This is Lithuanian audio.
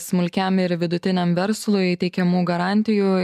smulkiam ir vidutiniam verslui teikiamų garantijų